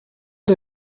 der